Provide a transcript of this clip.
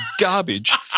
garbage